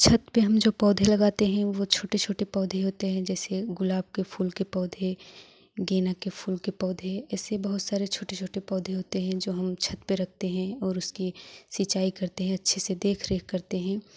छत पर हम जो पौधे लगाते हैं वो छोटे छोटे पौधे होते हैं जैसे गुलाब के फूल के पौधे गेंदा के फूल के पौधे ऐसे बहुत सारे छोटे छोटे पौधे होते हैं जो हम छत पर रखते हैं और उसकी सिंचाई करते हैं अच्छे से देख रेख करते हैं